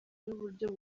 n’uburyo